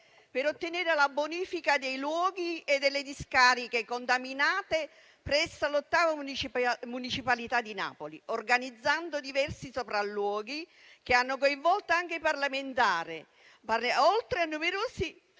per ottenere la bonifica dei luoghi e delle discariche contaminate presso l'ottava municipalità di Napoli, organizzando diversi sopralluoghi che hanno coinvolto anche i parlamentari, oltre a numerosi